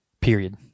Period